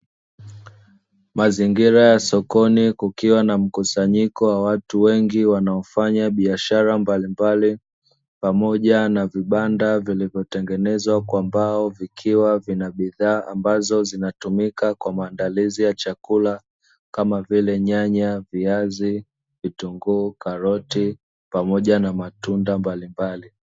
Mazingira ya sokoni kukiwa na mkusanyiko wa watu wengi wanaofanya biashara mbalimbali, pamoja na vibanda vilivyotengenezwa kwa mbao vikiwa na bidhaa ambazo zinatumika kwa maandalizi ya chakula kama vile: nyanya, viazi, vitunguu, karoti, pamoja na matunda mbalimbali.